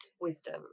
wisdom